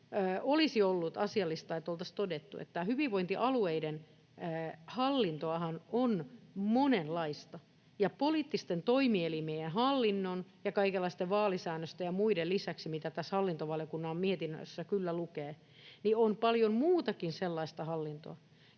olisi ollut asiallista, että oltaisiin todettu, että hyvinvointialueiden hallintoahan on monenlaista ja poliittisten toimielimien hallinnon ja kaikenlaisten vaalisäännösten ja muiden lisäksi, mitä tässä hallintovaliokunnan mietinnössä kyllä lukee, on paljon muutakin sellaista hallintoa,